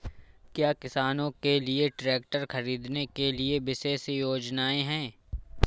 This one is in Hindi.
क्या किसानों के लिए ट्रैक्टर खरीदने के लिए विशेष योजनाएं हैं?